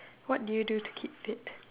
what do you do to keep fit